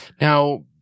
Now